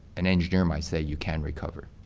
an engineer might say you can recover.